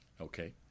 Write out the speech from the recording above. okay